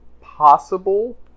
possible